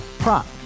Prop